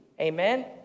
amen